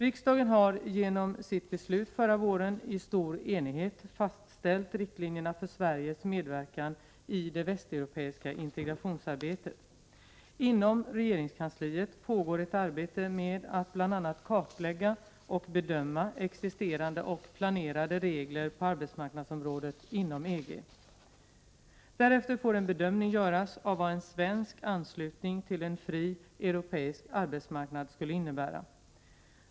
Riksdagen har genom sitt beslut förra våren i stor enighet fastställt riktlinjerna för Sveriges medverkan i det västeuropeiska integrationsarbetet. Inom regeringskansliet pågår ett arbete med att bl.a. kartlägga och bedöma existerande och planerade regler på arbetsmarknadsområdet inom EG. Därefter får en bedömning göras av vad en svensk anslutning till en fri europeisk arbetsmarknad skulle innebära.